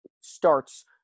starts